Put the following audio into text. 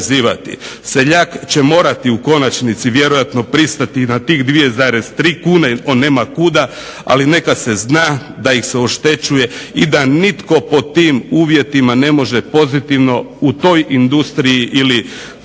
Seljak će morati u konačnici vjerojatno pristati i na tih 2,3 kune jer on nema kuda. Ali neka se zna da ih se oštećuje i da nitko pod tim uvjetima ne može pozitivno u toj industriji ili